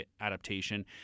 adaptation